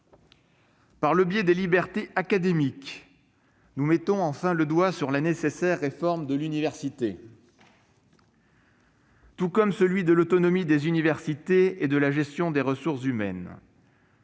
Par le biais des libertés académiques, nous mettons enfin le doigt sur la nécessaire réforme de l'université, tout comme l'autonomie des universités et de la gestion des ressources humaines.